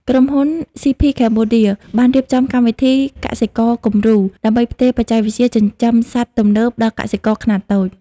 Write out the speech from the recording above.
ក្រុមហ៊ុន ស៉ីភី ខេមបូឌា (CP Cambodia) បានរៀបចំកម្មវិធី "កសិករគំរូ" ដើម្បីផ្ទេរបច្ចេកវិទ្យាចិញ្ចឹមសត្វទំនើបដល់កសិករខ្នាតតូច។